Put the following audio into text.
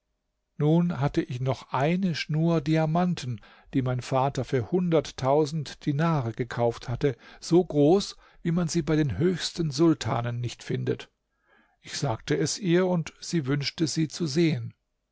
nun hatte ich noch eine schnur diamanten die mein vater für hunderttausend dinare gekauft hatte so groß wie man sie bei den höchsten sultanen nicht findet ich sagte es ihr und sie wünschte sie zu sehen